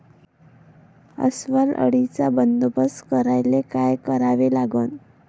अस्वल अळीचा बंदोबस्त करायले काय करावे लागन?